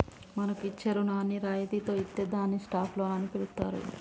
మనకు ఇచ్చే రుణాన్ని రాయితితో ఇత్తే దాన్ని స్టాప్ లోన్ అని పిలుత్తారు